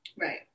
Right